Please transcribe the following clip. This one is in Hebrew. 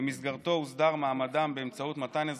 ובמסגרתו הוסדר מעמדם באמצעות מתן אזרחות,